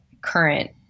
current